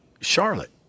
Charlotte